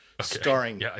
starring